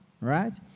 right